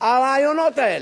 הרעיונות האלה.